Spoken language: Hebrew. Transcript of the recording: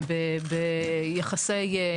שבו עם המציע,